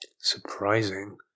surprising